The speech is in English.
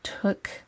took